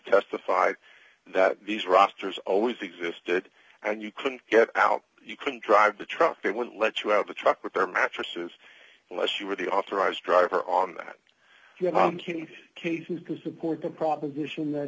testified that these rosters always existed and you couldn't get out you couldn't drive the truck they wouldn't let you out of the truck with their mattresses unless you were the authorized driver on that you know mccain cases because of poor the proposition that